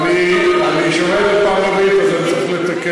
אני שומע את זה בפעם הרביעית, אז